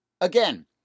Again